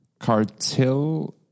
Cartil